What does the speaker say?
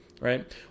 Right